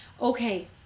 Okay